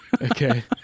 Okay